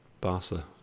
Barca